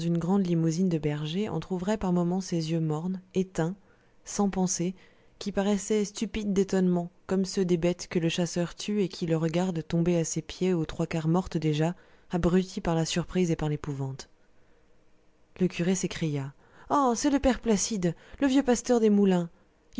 une grande limousine de berger entr'ouvrait par moments ses yeux mornes éteints sans pensée qui paraissaient stupides d'étonnement comme ceux des bêtes que le chasseur tue et qui le regardent tombées à ses pieds aux trois quarts mortes déjà abruties par la surprise et par l'épouvante le curé s'écria ah c'est le père placide le vieux pasteur des moulins